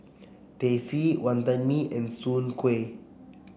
Teh C Wantan Mee and Soon Kueh